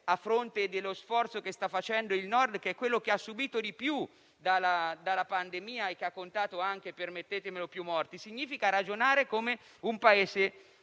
a fronte dello sforzo che sta facendo il Nord, che è quello che ha subito di più la pandemia e che ha contato anche più morti; significa invece ragionare come un Paese